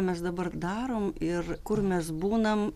mes dabar darom ir kur mes būnam